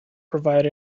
provided